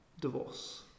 divorce